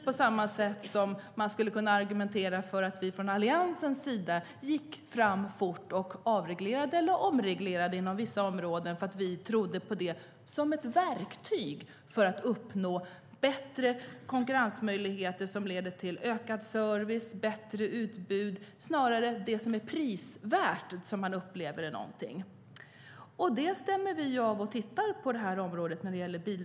På samma sätt kan man argumentera för att vi i Alliansen gick fram fort och avreglerade eller omreglerade inom vissa områden för att vi trodde på det som ett verktyg att uppnå bättre konkurrens, vilket i sin tur leder till ökad service och bättre utbud - alltså det man upplever som prisvärt. När det gäller bilbesiktningen tittar vi på just detta.